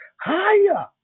higher